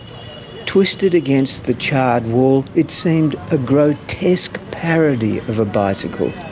twisted against the charred wall, it seemed a grotesque parody of a bicycle,